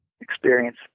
experience